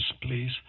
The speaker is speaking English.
please